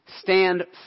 Stand